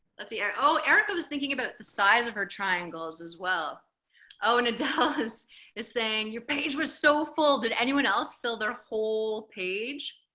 let's see yeah oh erika was thinking about the size of her triangles as well oh and a dulles is saying your page was so full did anyone else fill their whole page